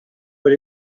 but